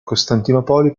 costantinopoli